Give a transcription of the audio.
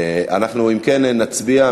אם כן, אנחנו נצביע.